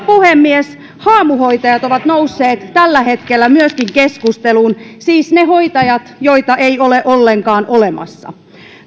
puhemies myöskin haamuhoitajat ovat nousseet tällä hetkellä keskusteluun siis ne hoitajat joita ei ole ollenkaan olemassa